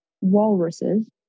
walruses